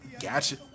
gotcha